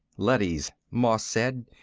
leadys, moss said.